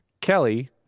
kelly